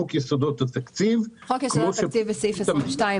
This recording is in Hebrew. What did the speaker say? חוק יסודות התקציב --- חוק יסודות התקציב בסעיף 22,